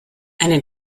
einen